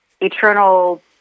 eternal